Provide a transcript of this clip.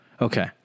Okay